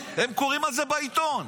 הם קוראים על זה בעיתון.